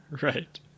right